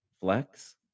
flex